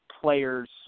player's